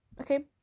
okay